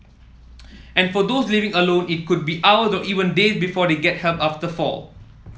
and for those living alone it could be hours or even days before they get help after fall